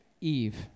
Eve